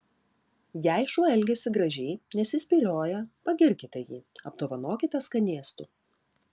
jei šuo elgiasi gražiai nesispyrioja pagirkite jį apdovanokite skanėstu